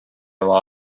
oma